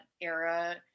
era